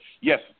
yes